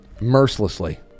mercilessly